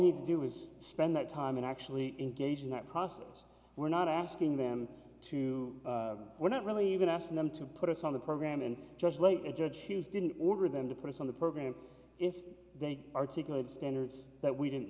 need to do is spend that time and actually engage in that process we're not asking them to we're not really even asking them to put us on the program and just like a judge who's didn't order them to put us on the program if they articulate standards that we didn't